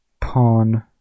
pawn